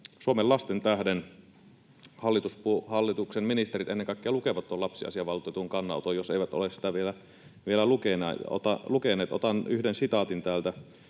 Suomen lasten tähden hallituksen ministerit ennen kaikkea lukevat tuon lapsiasiavaltuutetun kannanoton, jos eivät ole sitä vielä lukeneet. Otan yhden sitaatin täältä.